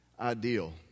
ideal